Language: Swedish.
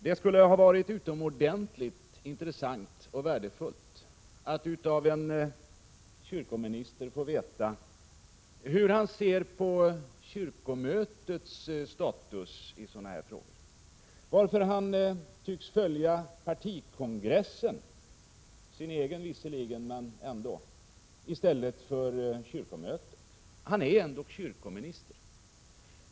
Det skulle ha varit utomordentligt intressant och värdefullt att få höra hur en kyrkominister ser på kyrkomötets status i sådana här frågor och varför han tycks följa partikongressen — visserligen hans egen, men ändå — i stället för kyrkomötet. Han är ändock kyrkominister.